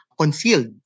concealed